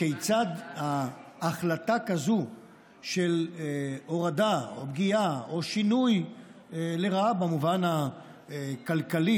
כיצד החלטה כזאת של הורדה או פגיעה או שינוי לרעה במובן הכלכלי